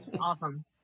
Awesome